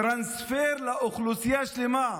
טרנספר לאוכלוסייה שלמה,